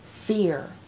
fear